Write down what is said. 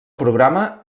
programa